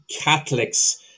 Catholics